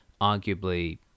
arguably